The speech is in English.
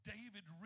David